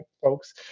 folks